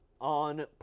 on